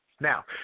Now